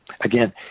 Again